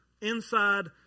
inside